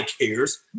cares